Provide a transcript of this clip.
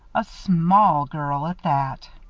a small girl at that.